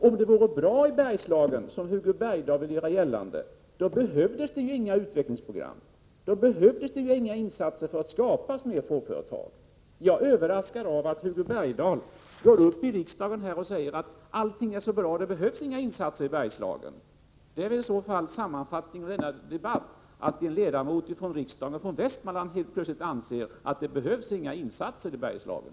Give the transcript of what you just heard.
Om det vore bra i Bergslagen, som Hugo Bergdahl vill göra gällande, då behövdes det inga utvecklingsprogram och inga insatser för att skapa fler småföretag. Jag är överraskad av att Hugo Bergdahl här i riksdagen säger att allt är så bra i Bergslagen och att det inte behövs några insatser där. Det är i så fall sammanfattningen av den här debatten — att en ledamot av riksdagen från Västmanland helt plötsligt anser att det inte behövs några insatser i Bergslagen.